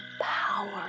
power